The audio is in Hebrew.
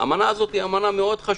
האמנה היא מאוד חשובה,